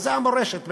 זו המורשת בעצם.